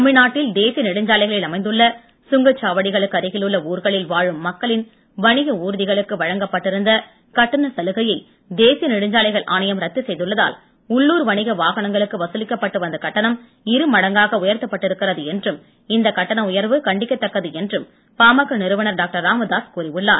தமிழ்நாட்டில் தேசிய நெடுஞ்சாலைகளில் அமைந்துள்ள சுங்கச்சாவடிகளுக்கு அருகிலுள்ள ஊர்களில் வாழும் மக்களின் வணிக ஊர்திகளுக்கு வழங்கப்பட்டிருந்த கட்டண சலுகையை தேசிய நெடுஞ்சாலைகள் ஆணையம் ரத்து செய்துள்ளதால் உள்ளூர் வணிக வாகனங்களுக்கு வசூலிக்கப்பட்டு வந்த கட்டணம் இரு மடங்காக உயர்த்தப்பட்டிருக்கிறது என்றும் இந்த கட்டண உயர்வு கண்டிக்கத்தக்கது என்றும் பாமக நிறுவனர் டாக்டர் ராமதாஸ் கூறியுள்ளார்